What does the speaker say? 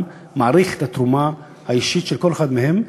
מעריך את התרומה האישית של כל אחד מהם,